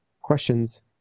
questions